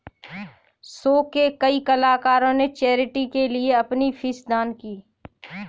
show के कई कलाकारों ने चैरिटी के लिए अपनी फीस दान की